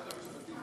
משרד המשפטים בודק?